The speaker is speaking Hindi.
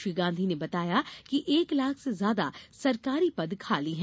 श्री गांधी ने बताया कि एक लाख से ज्यादा सरकारी पद खाली हैं